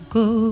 go